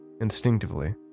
Instinctively